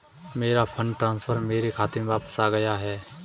मेरा fund transfer मेरे खाते में वापस आ गया है